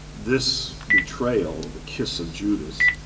this betrayal, the kiss of judas,